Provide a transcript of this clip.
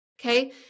Okay